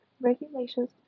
regulations